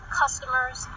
customers